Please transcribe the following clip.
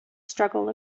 struggle